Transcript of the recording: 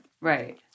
Right